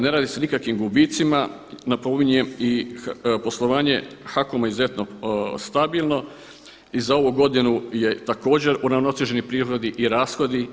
Ne radi se o nikakvim gubitcima napominjem i poslovanje HAKOM-a je izuzetno stabilno i za ovu godinu je također uravnoteženi prihodi i rashodi.